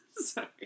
Sorry